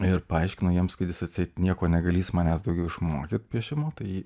ir paaiškino jiems kad jis atseit nieko negalys manęs daugiau išmokyt piešimo tai